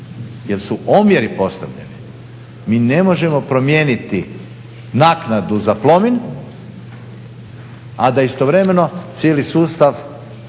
jer su omjeri postavljeni. Mi ne možemo promijeniti naknadu za Plomin, a da istovremeno cijeli sustav